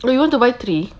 no you want to buy three